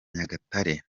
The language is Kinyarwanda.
nyagatare